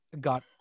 got